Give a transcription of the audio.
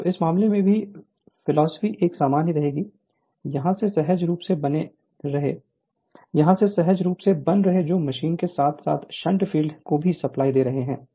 तो इस मामले में भी फिलॉसफी एक समान ही रहेगी यहाँ से सहज रूप से बने रहें जो मशीन के साथ साथ शंट फील्ड को भी सप्लाई दे रहे हैं